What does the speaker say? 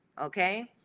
okay